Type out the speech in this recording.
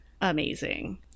amazing